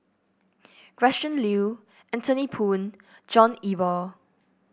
Gretchen Liu Anthony Poon John Eber